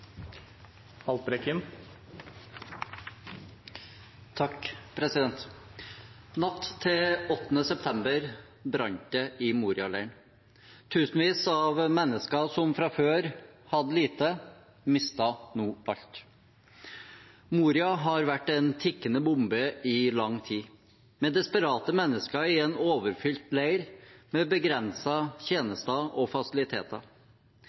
Natt til 8. september brant det i Moria-leiren. Tusenvis av mennesker som fra før hadde lite, mistet nå alt. Moria har vært en tikkende bombe i lang tid, med desperate mennesker i en overfylt leir med begrensede tjenester og fasiliteter.